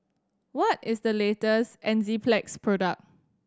what is the latest Enzyplex product